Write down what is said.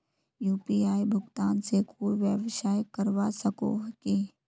UPI भुगतान से कोई व्यवसाय करवा सकोहो ही?